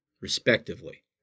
respectively